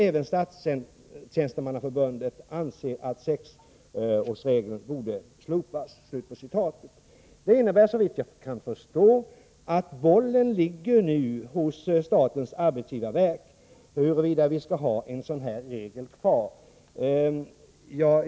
Även Statstjänstemannaförbundet anser att sexårsregeln borde slopas.” Detta innebär såvitt jag kan förstå att bollen nu ligger hos statens arbetsgivarverk när det gäller om vi skall ha en sådan regel kvar.